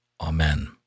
Amen